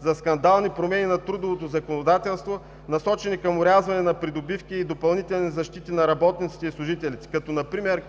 за скандални промени на трудовото законодателство, насочени към орязване на придобивки и допълнителни защити на работниците и служителите като например